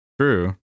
True